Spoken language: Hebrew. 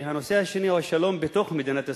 והנושא השני הוא השלום בתוך מדינת ישראל,